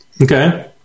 okay